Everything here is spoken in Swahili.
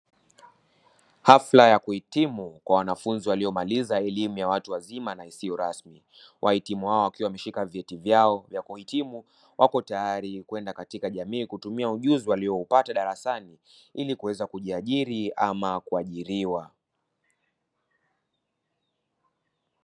Hafla ya kuhitimu kwa wanafunzi waliyomaliza elimu ya watu wazima na isiyo rasmi, wahitimu hawa wakiwa wameshika vyeti vyao vya kuhitimu wako tayari kwenda katika jamii kutumia ujuzi waliyoupata darasani ili kuweza kujiajiri ama kuajiriwa.